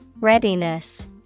Readiness